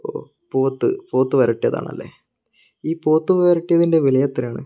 ഓ പോത്ത് പോത്ത് വരട്ടിയതാണല്ലേ ഈ പോത്ത് വരട്ടിയതിന്റെ വില എത്രയാണ്